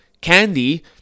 candy